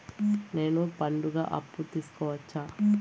నేను పండుగ అప్పు తీసుకోవచ్చా?